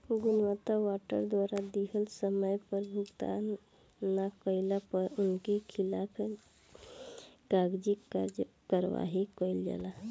भुगतान वारंट द्वारा दिहल समय पअ भुगतान ना कइला पअ उनकी खिलाफ़ कागजी कार्यवाही कईल जाला